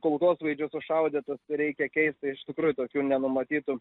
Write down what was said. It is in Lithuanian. kulkosvaidžio sušaudytas reikia keist tai iš tikrųjų tokių nenumatytų